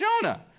Jonah